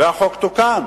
והחוק תוקן.